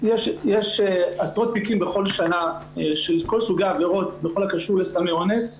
יש עשרות תיקים בכל שנה של כל סוגי העבירות בכל הקשור לסמי אונס.